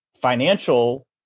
financial